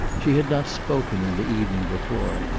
she had not spoken in the evening before,